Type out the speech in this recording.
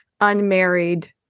unmarried